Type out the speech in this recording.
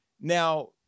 Now